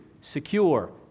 secure